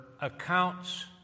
accounts